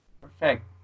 Perfect